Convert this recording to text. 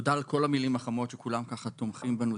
תודה על כל המילים החמות שכולם תומכים בנו,